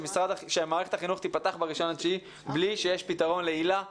שמערכת החינוך תיפתח ב-1 בספטמבר בלי שיש פתרון להיל"ה,